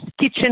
kitchen